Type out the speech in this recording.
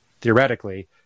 theoretically